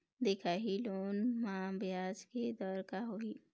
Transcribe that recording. दिखाही लोन म ब्याज के दर का होही?